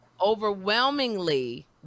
overwhelmingly